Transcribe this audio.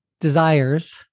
desires